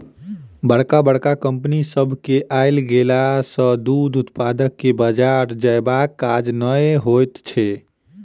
बड़का बड़का कम्पनी सभ के आइब गेला सॅ दूध उत्पादक के बाजार जयबाक काज नै होइत छै